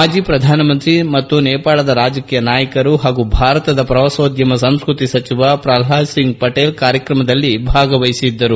ಮಾಜಿ ಪ್ರಧಾನಮಂತ್ರಿ ಮತ್ತು ನೇಪಾಳದ ರಾಜಕೀಯ ನಾಯಕರು ಹಾಗೂ ಭಾರತದ ಪ್ರವಾಸೋದ್ಯಮ ಮತ್ತು ಸಂಸ್ಕೃತಿ ಸಚಿವ ಪ್ರಲ್ಡಾದ್ ಸಿಂಗ್ ಪಟೇಲ್ ಕಾರ್ಯಕ್ರಮದಲ್ಲಿ ಭಾಗವಹಿಸಿದ್ದರು